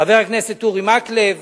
חבר הכנסת אורי מקלב